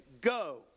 go